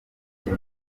film